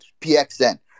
PXN